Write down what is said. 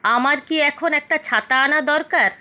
আমার কি এখন একটা ছাতা আনা দরকার